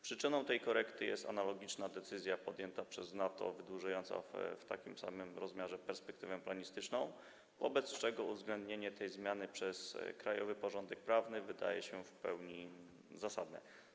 Przyczyną tej korekty jest analogiczna decyzja podjęta przez NATO, wydłużająca w takim samym rozmiarze perspektywę planistyczną, wobec czego uwzględnienie tej zmiany przez krajowy porządek prawny wydaje się w pełni zasadne.